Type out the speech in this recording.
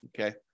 Okay